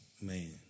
man